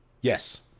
Yes